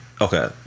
okay